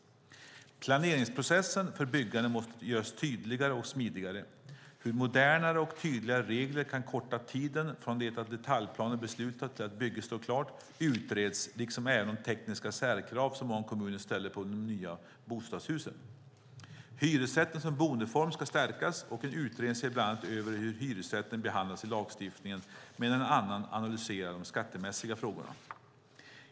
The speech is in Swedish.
Planeringsprocessen för byggande måste göras tydligare och smidigare. Hur modernare och tydligare regler kan korta tiden från det att detaljplanen är beslutad till att bygget står klart utreds liksom även de tekniska särkrav som många kommuner ställer på de nya bostadshusen. Hyresrätten som boendeform ska stärkas, och en utredning ser bland annat över hur hyresrätten behandlas i lagstiftningen medan en annan analyserar de skattemässiga frågorna.